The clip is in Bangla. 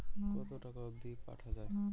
কতো টাকা অবধি পাঠা য়ায়?